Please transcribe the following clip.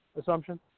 assumption